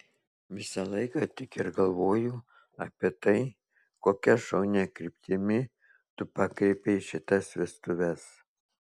visą laiką tik ir galvoju apie tai kokia šaunia kryptimi tu pakreipei šitas vestuves